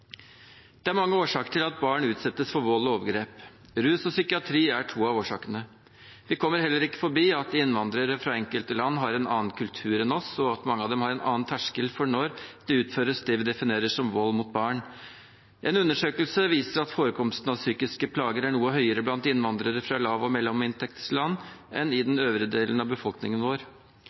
Det er mange årsaker til at barn utsettes for vold og overgrep. Rus og psykiatri er to av dem. Det er heller ikke til å komme forbi at innvandrere fra enkelte land har en annen kultur enn oss, og at mange av dem har en annen terskel for når det utføres det vi definerer som vold mot barn. En undersøkelse viser at forekomsten av psykiske plager er noe høyere blant innvandrere fra lav- og mellominntektsland enn i den øvrige delen av befolkningen.